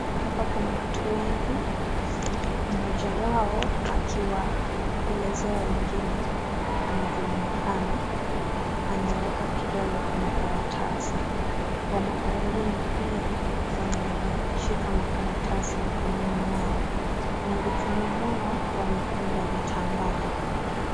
Hapa kuna watu wengi mmoja wao akiwaelezea wengine anavyoonekana. Ameweka kidole kwenye karatasi. Wamama wengine pia wameshika makaratasi mikononi mwao na vichwani mwao wamefunga vitambaa.